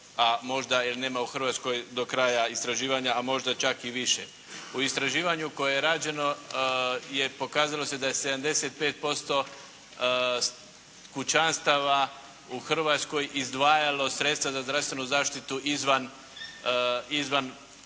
a možda jer nema u Hrvatskoj do kraja istraživanja, a možda čak i više. U istraživanju koje je rađeno je pokazalo se da je 75% kućanstava u Hrvatskoj izdvajalo sredstva za zdravstvenu zaštitu izvan one